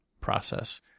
process